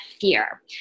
fear